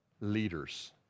leaders